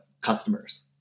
customers